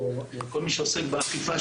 או כל מי שעוסק באכיפה,